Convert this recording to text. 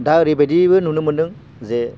दा ओरैबायदिबो नुनो मोनदों जे